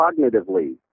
cognitively